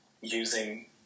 using –